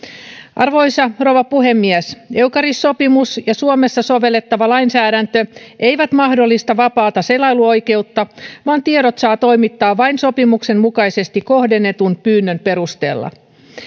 arvoisa rouva puhemies eucaris sopimus ja suomessa sovellettava lainsäädäntö eivät mahdollista vapaata selailuoikeutta vaan tiedot saa toimittaa vain sopimuksen mukaisesti kohdennetun pyynnön perusteella